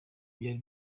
byari